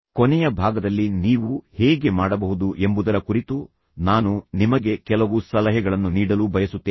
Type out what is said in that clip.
ಕೊನೆಯ ಭಾಗದಲ್ಲಿ ನೀವು ಹೇಗೆ ಮಾಡಬಹುದು ಎಂಬುದರ ಕುರಿತು ನಾನು ನಿಮಗೆ ಕೆಲವು ಸಲಹೆಗಳನ್ನು ನೀಡಲು ಬಯಸುತ್ತೇನೆ